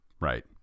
right